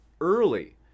early